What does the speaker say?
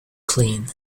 clean